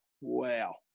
Wow